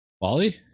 Wally